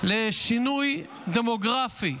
לשינוי דמוגרפי,